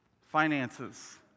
Finances